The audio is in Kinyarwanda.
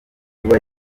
kuba